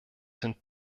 sind